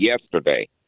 yesterday